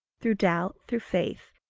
through doubt, through faith,